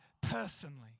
personally